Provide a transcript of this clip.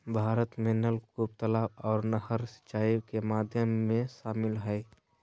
भारत में नलकूप, तलाब आर नहर सिंचाई के माध्यम में शामिल हय